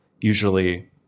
usually